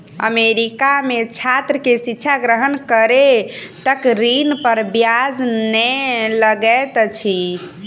America में छात्र के शिक्षा ग्रहण करै तक ऋण पर ब्याज नै लगैत अछि